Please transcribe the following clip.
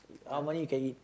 how many you can eat